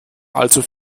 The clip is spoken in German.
allzu